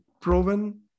proven